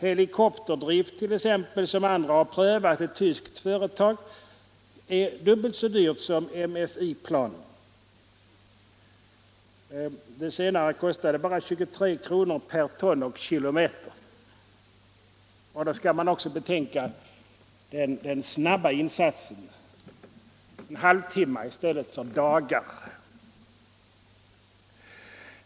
Helikopterdrift t.ex., som ett tyskt företag har prövat, är dubbelt så dyr som flygningar med MFI-planen. De senare kostade bara 23 kr. per ton och kilometer. Då skall man också betänka den snabba insatsen — en halvtimme i stället för dagar.